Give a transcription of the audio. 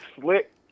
slick